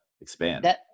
expand